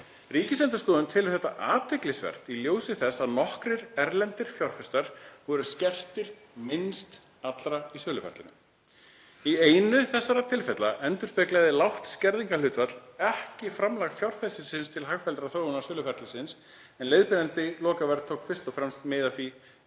Ríkisendurskoðun telur þetta athyglisvert í ljósi þess að nokkrir erlendir fjárfestar voru skertir minnst allra í söluferlinu. Í einu þessara tilfella endurspeglaði lágt skerðingarhlutfall ekki framlag fjárfestisins til hagfelldrar þróunar söluferlisins en leiðbeinandi lokaverð tók fyrst og fremst mið af því